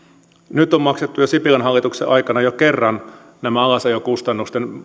nyt on maksettu sipilän hallituksen aikana jo kerran näiden alasajokustannusten